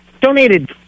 donated